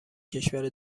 کشور